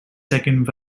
second